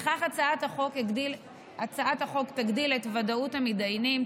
בכך הצעת החוק תגדיל את ודאות המתדיינים,